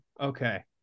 okay